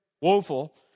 woeful